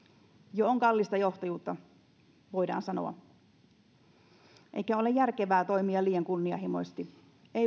jo on kallista johtajuutta voidaan sanoa eikä ole järkevää toimia liian kunnianhimoisesti ei